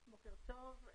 בוקר טוב.